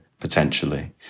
potentially